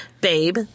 babe